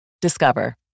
Discover